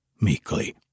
meekly